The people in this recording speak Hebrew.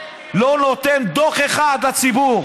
שקר.